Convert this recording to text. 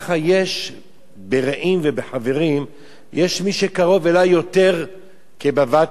ברעים ובחברים יש מי שקרוב אלי יותר כבבת-עיני.